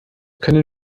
können